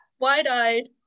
Wide-eyed